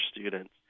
students